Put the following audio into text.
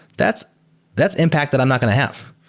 that's that's impact that i'm not going to have,